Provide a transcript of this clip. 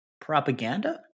propaganda